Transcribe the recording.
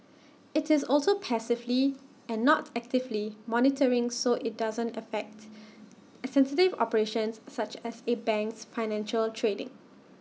IT is also passively and not actively monitoring so IT doesn't affect sensitive operations such as A bank's financial trading